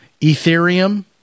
Ethereum